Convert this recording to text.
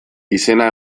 izena